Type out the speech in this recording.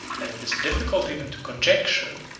and it is difficult even to conjecture,